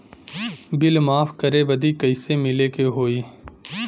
Bill माफ करे बदी कैसे मिले के होई?